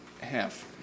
half